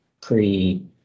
pre